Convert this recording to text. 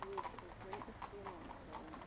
چیٖز چھِ أسۍ وۄنۍ استعمال کَران